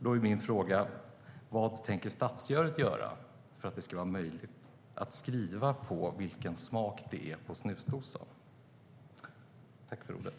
Då är min fråga: Vad tänker statsrådet göra för att det ska vara möjligt att skriva på snusdosan vilken smak det är på snuset?